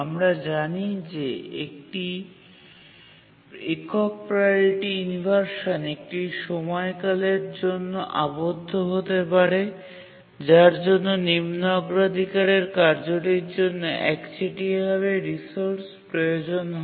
আমরা জানি যে একটি একক প্রাওরিটি ইনভারসান একটি সময়কালের জন্য আবদ্ধ হতে পারে যার জন্য নিম্ন অগ্রাধিকার কার্যটির জন্য একচেটিয়া ভাবে রিসোর্স প্রয়োজন হয়